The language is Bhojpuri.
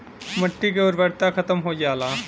मट्टी के उर्वरता खतम हो जाला